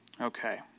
Okay